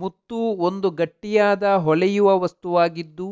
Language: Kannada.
ಮುತ್ತು ಒಂದು ಗಟ್ಟಿಯಾದ, ಹೊಳೆಯುವ ವಸ್ತುವಾಗಿದ್ದು,